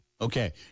Okay